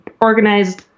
organized